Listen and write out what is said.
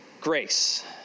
grace